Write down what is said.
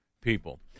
people